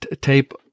tape